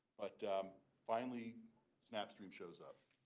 but um finally snapstream shows up.